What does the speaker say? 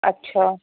اچھا